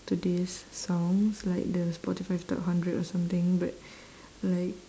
today's songs like the spotify top hundred or something but like